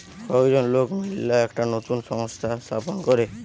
কয়েকজন লোক মিললা একটা নতুন সংস্থা স্থাপন করে